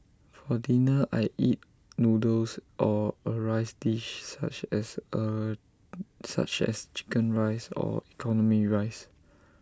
for dinner I eat noodles or A rice dish such as A such as Chicken Rice or economy rice